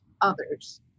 others